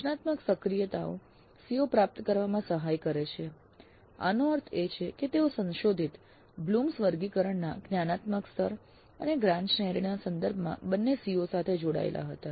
સૂચનાત્મક સક્રિયતાઓ COs પ્રાપ્ત કરવામાં સહાય કરે છે આનો અર્થ એ છે કે તેઓ સંશોધિત બ્લૂમ્સ વર્ગીકરણના જ્ઞાનાત્મક સ્તર અને જ્ઞાન શ્રેણીના સંદર્ભમાં બંને COs સાથે જોડાયેલા હતા